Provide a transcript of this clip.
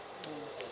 mm